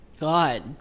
God